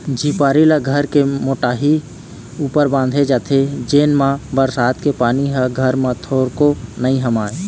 झिपारी ल घर के मोहाटी ऊपर बांधे जाथे जेन मा बरसात के पानी ह घर म थोरको नी हमाय